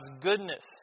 goodness